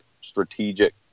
strategic